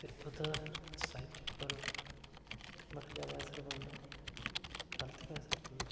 ते ओह्दा सोसाइटी पर बड़ा जैदा असर पौंदा ऐ गल्त गै असर पोंदा ऐ